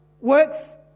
works